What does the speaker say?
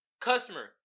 customer